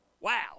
Wow